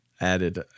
Added